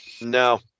No